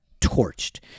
torched